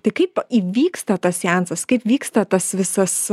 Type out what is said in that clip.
tai kaip įvyksta tas jansas kaip vyksta tas visas